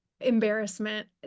embarrassment